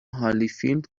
هالیفیلد